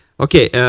okay. yeah